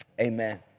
Amen